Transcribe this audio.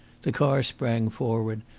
the car sprang forward,